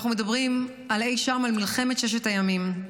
אנחנו מדברים על אי-שם, על מלחמת ששת הימים.